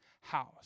house